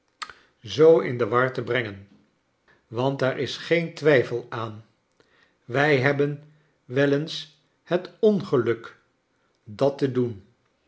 zoo in de war te brengen want er is geen twijfel aan wij hebben wel eens het ongeluk dat te doen